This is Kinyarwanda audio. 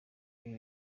ibi